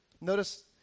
Notice